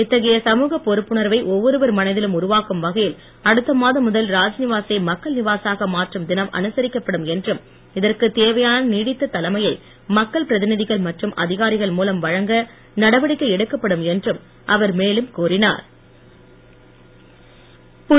இத்தகைய சமூகப் பொறுப்புணர்வை ஒவ்வொருவர் மனதிலும் உருவாக்கும் வகையில் அடுத்த மாதம் முதல் ராஜ்நிவா சை மக்கள் நிவாசாக மாற்றும் தினம் அனுசரிக்கப்படும் என்றும் இதற்குத் தேவையான நீடித்த தலைமையை மக்கள் பிரதிநிதகள் மற்றும் அதிகாரிகள் மூலம் வழங்க நடவடிக்கை எடுக்கப்படும் என்றும் அவர் மேலும் கூறிஞர்